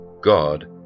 God